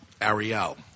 Ariel